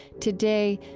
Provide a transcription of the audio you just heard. today,